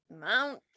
Mount